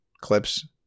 clips